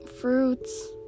fruits